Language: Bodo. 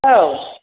औ